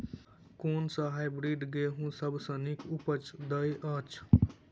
कुन सँ हायब्रिडस गेंहूँ सब सँ नीक उपज देय अछि?